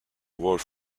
award